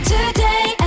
Today